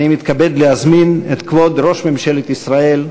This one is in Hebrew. אני מתכבד להזמין את כבוד ראש ממשלת ישראל,